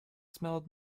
smelled